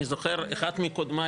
אני זוכר אחד מקודמיי,